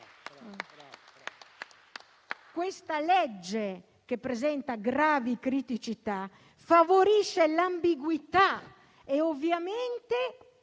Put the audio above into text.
di legge, che presenta gravi criticità, favorisce l'ambiguità e ovviamente